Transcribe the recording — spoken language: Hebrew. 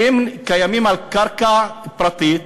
שקיימים על קרקע פרטית